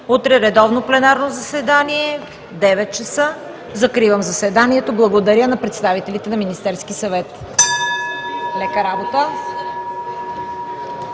Утре редовно пленарно заседание от 9,00 ч. Закривам заседанието. Благодаря на представителите на Министерския съвет. (Звъни.) Лека работа!